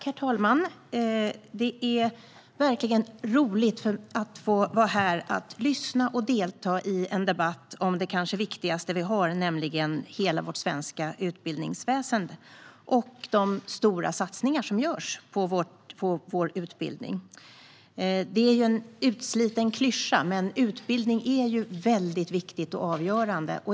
Herr talman! Det är roligt att vara här och lyssna och delta i en debatt om det kanske viktigaste vi har, nämligen hela vårt svenska utbildningsväsen och de stora satsningar som görs på utbildning. Det är en sliten klyscha, men utbildning är viktigt och avgörande.